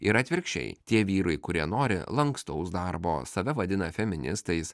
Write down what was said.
ir atvirkščiai tie vyrai kurie nori lankstaus darbo save vadina feministais